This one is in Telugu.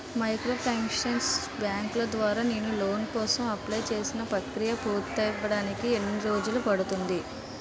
మైక్రోఫైనాన్స్ బ్యాంకుల ద్వారా నేను లోన్ కోసం అప్లయ్ చేసిన ప్రక్రియ పూర్తవడానికి ఎన్ని రోజులు పడుతుంది?